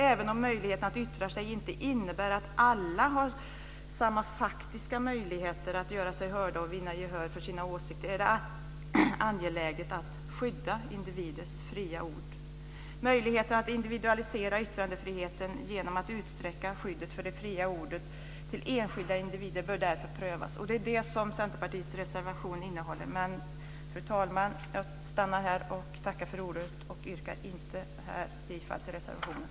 Även om möjligheten att yttra sig inte innebär att alla har samma faktiska möjligheter att göra sig hörda och vinna gehör för sina åsikter är det angeläget att skydda individers fria ord. Möjligheten att individualisera yttrandefriheten genom att utsträcka skyddet för det fria ordet till enskilda individer bör därför prövas. Det är det som Centerpartiets reservation innebär. Jag stannar dock här, fru talman. Jag tackar för ordet och yrkar inte bifall till reservationen.